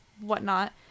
whatnot